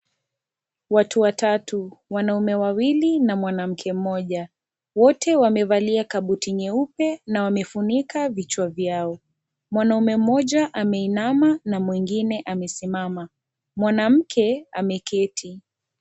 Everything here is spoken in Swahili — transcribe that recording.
Watu watatu, wanaume wawili na mwanamke mmoja. Wote wamevalia kabuti nyeupe na wamefunika vichwa vyao. Mwanaume mmoja ameinama na mwengine amesimama. Mwanamke ameketi.